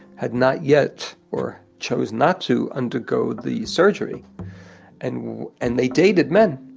had not yet, or chose not to undergo the surgery and and they dated men.